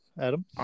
Adam